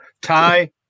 Ty